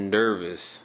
nervous